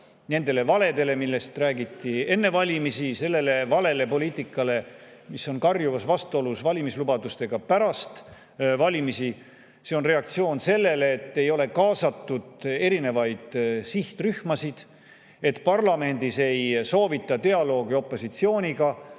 nendele valedele, millest räägiti enne valimisi; sellele valele poliitikale, mis on pärast valimisi karjuvas vastuolus valimislubadustega. See on reaktsioon sellele, et ei ole kaasatud erinevaid sihtrühmasid, et parlamendis ei soovita dialoogi opositsiooniga.